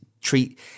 treat